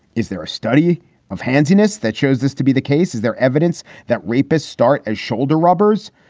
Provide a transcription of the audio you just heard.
is there a study of handiest that shows this to be the case? is there evidence that rapists start as shoulder rubbers?